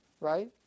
right